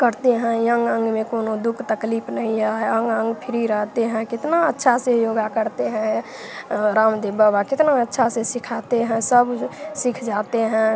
करते हैं अंग अंग में कौनो दुख तकलीफ नहीं है अंग अंग फ्री रहते हैं कितना अच्छा से योगा करते हैं रामदेव बाबा कितना अच्छा से सिखाते हैं सब जो सीख जाते हैं